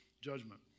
judgment